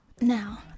now